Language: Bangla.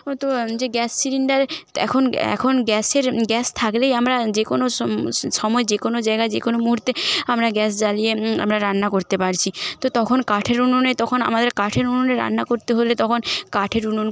তো যে গ্যাস সিলিন্ডার এখন এখন গ্যাসের গ্যাস থাকলেই আমরা যে কোনো সময় যে কোনো জায়গায় যে কোনো মুহূর্তে আমরা গ্যাস জ্বালিয়ে আমরা রান্না করতে পারছি তো তখন কাঠের উনুনে তখন আমাদের কাঠের উনুনে রান্না করতে হলে তখন কাঠের উনুন